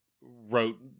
wrote